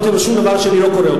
חותם על שום דבר שאני לא קורא,